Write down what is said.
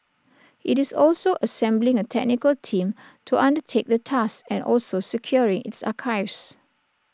IT is also assembling A technical team to undertake the task and also securing its archives